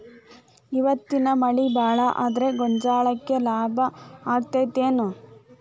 ಇವತ್ತಿನ ಮಳಿ ಭಾಳ ಆದರ ಗೊಂಜಾಳಕ್ಕ ಲಾಭ ಆಕ್ಕೆತಿ ಏನ್?